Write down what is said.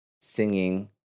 singing